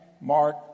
Mark